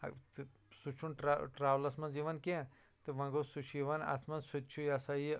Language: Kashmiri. ٲں تہٕ سُہ چھُنہٕ ٹرٛیولَس مَنٛز یِوان کیٚنٛہہ تہٕ وۄنۍ گوٚو سُہ چھُ یوان اتھ مَنٛز سُہ تہِ چھُ یہِ ہَسا یہِ